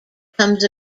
comes